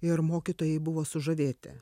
ir mokytojai buvo sužavėti